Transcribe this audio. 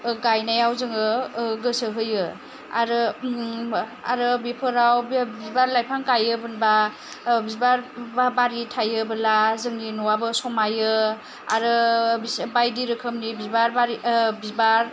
गायनायाव जोङो गोसो होयो आरो बेफोराव बिबार लाइफां गायोमोनबा बिबार बारि थायोबोला जोंनि न'आबो समायो आरो बायदि रोखोमनि बिबार बारि बिबार